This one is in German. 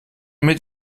mit